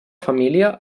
família